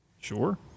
Sure